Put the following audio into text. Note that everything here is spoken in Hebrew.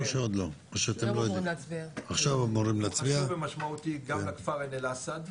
זה דבר חשוב ומשמעותי גם לכפר עין אל-אסד,